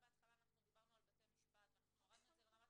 בהתחלה אנחנו דיברנו על בתי משפט ואנחנו הורדנו את זה לרמת